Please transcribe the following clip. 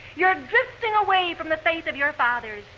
you're drifting away from the faith of your fathers.